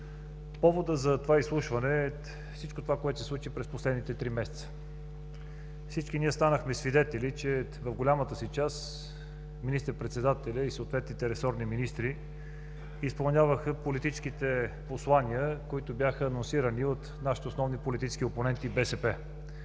поводът за това изслушване е всичко това, което се случи през последните три месеца. Всички ние станахме свидетели, че в голямата си част министър-председателят и съответните ресорни министри изпълняваха политическите послания, които бяха анонсирани от нашите основни политически опоненти и БСП.